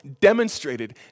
demonstrated